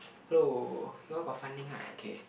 hello you all got funding right okay